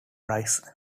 rice